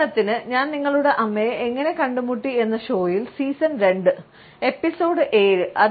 ഉദാഹരണത്തിന് ഞാൻ നിങ്ങളുടെ അമ്മയെ എങ്ങനെ കണ്ടുമുട്ടി എന്ന ഷോയിൽ സീസൺ രണ്ട് എപ്പിസോഡ് ഏഴ്